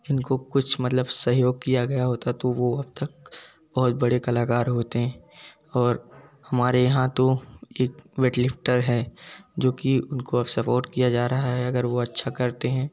उनको कुछ मतलब सहयोग किया गया होता तो वो अब तक बहुत बड़े कलाकार होते और हमारे यहाँ तो एक वेट लिफ्टर हैं जो कि उनको अब सपोर्ट किया जा रहा है अगर वो अच्छा करते है